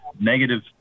negative